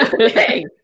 Okay